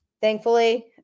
thankfully